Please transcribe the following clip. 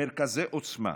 מרכזי עוצמה,